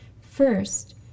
First